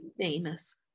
famous